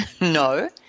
No